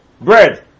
bread